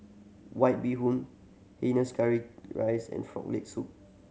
White Bee Hoon hainanese curry rice and Frog Leg Soup